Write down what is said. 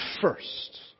first